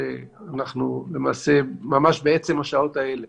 שאנחנו למעשה ממש בעצם השעות האלה